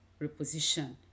reposition